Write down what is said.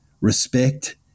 respect